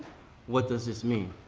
what does this mean?